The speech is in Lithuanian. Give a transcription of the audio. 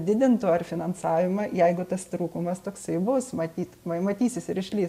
didintų ar finansavimą jeigu tas trūkumas toksai bus matyt m matysis ir išlįs